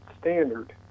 standard